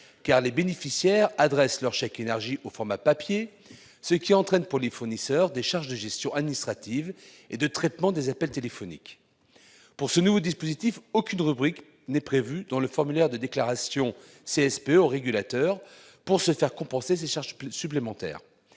car les bénéficiaires adressent leur chèque énergie au format papier, ce qui entraîne pour les fournisseurs des charges de gestion administrative et de traitement des appels téléphoniques. Pour ce nouveau dispositif, aucune rubrique n'est prévue dans le formulaire de déclaration de la CSPE au régulateur, pour se faire compenser ces charges supplémentaires.